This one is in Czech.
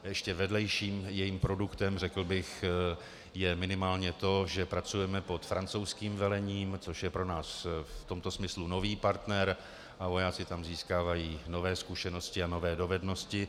Ještě vedlejším jejím produktem je minimálně to, že pracujeme pod francouzským velením, což je pro nás v tomto smyslu nový partner, a vojáci tam získávají nové zkušenosti a nové dovednosti.